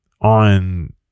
on